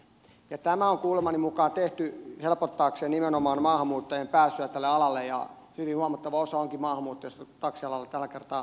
tämä on kuulemani mukaan tehty helpottamaan nimenomaan maahanmuuttajien pääsyä tälle alalle ja hyvin huomattava osa niistä jotka taksialalla tällä hetkellä autoa ajavat on maahanmuuttajia